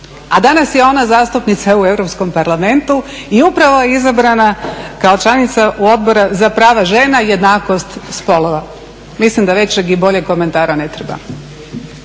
a danas je ona zastupnica u Europskom parlamentu i upravo je izabrana kao članica Odbora za prava žena i jednakost spolova. Mislim da većeg i boljeg komentara ne treba.